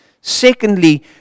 Secondly